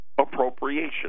appropriation